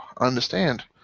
understand